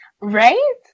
Right